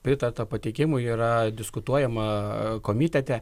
pritarta pateikimui yra diskutuojama komitete